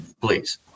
please